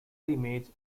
image